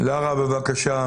לרה, בבקשה.